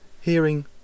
hearing